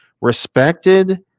respected